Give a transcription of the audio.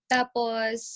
Tapos